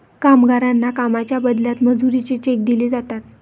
कामगारांना कामाच्या बदल्यात मजुरीचे चेक दिले जातात